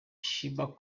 sheebah